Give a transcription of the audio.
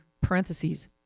parentheses